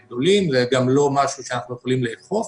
זה גם לא דבר שאנחנו יכולים לאכוף.